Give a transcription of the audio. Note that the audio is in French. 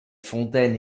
fontaine